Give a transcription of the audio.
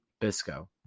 Bisco